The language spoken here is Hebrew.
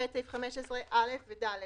"(ב) סעיף 15(א) ו-(ד)".